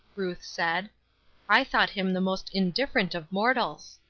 ruth said i thought him the most indifferent of mortals.